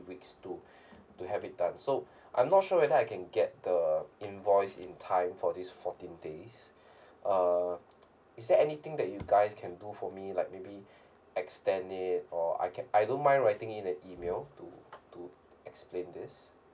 weeks to to have it done so I'm not sure whether I can get the invoice in time for these fourteen days uh is there anything that you guys can do for me like maybe extend it or I can I don't mind writing in an email to to explain this